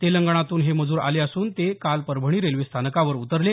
तेलंगणातून हे मजूर आले असून ते काल परभणी रेल्वे स्थानकावर उतरले